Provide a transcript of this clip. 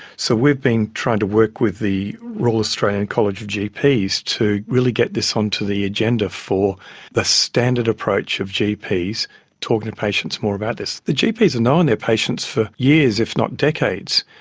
so we've been trying to work with the royal australian college of gps to really get this onto the agenda for the standard approach of gps talking to patients more about this. the gps have and known their patients for years, if not decades.